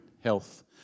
health